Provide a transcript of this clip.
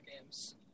games